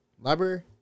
Library